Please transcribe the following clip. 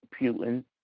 Putin